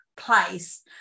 place